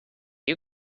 you